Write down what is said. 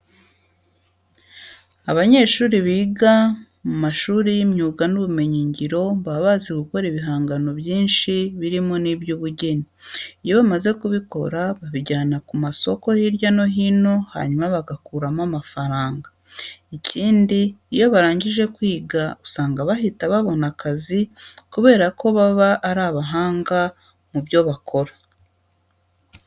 Abanyeshuri biga mu mashuri y'imyuga n'ubumenyingiro baba bazi gukora ibihangano byinshi harimo n'iby'ubugeni. Iyo bamaze kubikora babijyana ku masoko hirya no hino hanyuma bagakuramo amafaranga. Ikindi, iyo barangije kwiga usanga bahita babona akazi kubera ko baba ari abahanga mu byo bakora.